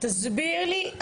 תסביר לי,